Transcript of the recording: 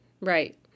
right